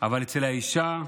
אבל אצל האישה,